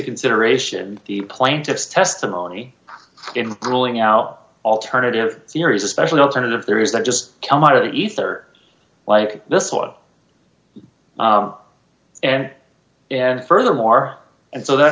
consideration the plaintiff's testimony in grilling out alternative theories especially alternative there is that just come out of the ether like this oil and and furthermore and